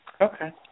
Okay